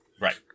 Right